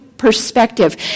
Perspective